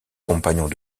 compagnons